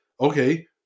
okay